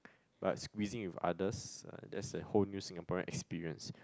but squeezing with others uh that's the whole new Singaporean experience